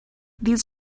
these